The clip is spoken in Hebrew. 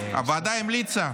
הוועדה המליצה,